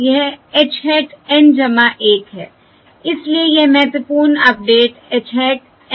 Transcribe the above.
यह h hat N 1 है इसलिए यह महत्वपूर्ण अपडेट h hat N है